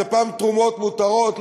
הפעם תרומות מותרות,